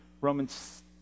Romans